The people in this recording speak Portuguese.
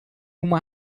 uma